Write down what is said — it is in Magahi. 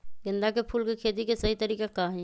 गेंदा के फूल के खेती के सही तरीका का हाई?